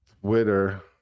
Twitter